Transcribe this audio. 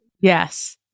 Yes